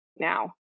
now